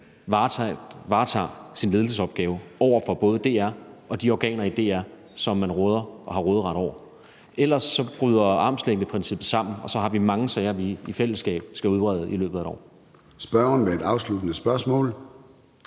varetager sin ledelsesopgave over for både DR og de organer i DR, som man råder over og har råderet over. Ellers bryder armslængdeprincippet sammen, og så har vi mange sager, vi i fællesskab skal udrede i løbet af et år. Kl. 13:45 Formanden (Søren